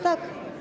Tak.